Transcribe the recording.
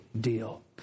deal